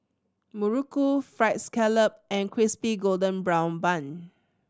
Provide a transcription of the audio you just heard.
muruku Fried Scallop and Crispy Golden Brown Bun